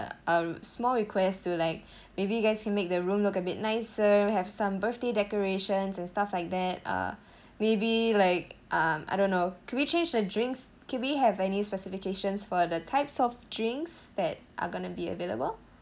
a small request to like maybe you guys can make the room look a bit nicer have some birthday decorations and stuff like that uh maybe like um I don't know can we change the drinks can we have any specifications for the types of drinks that are gonna be available